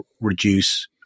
reduce